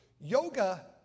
Yoga